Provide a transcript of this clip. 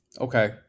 Okay